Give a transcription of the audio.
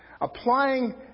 applying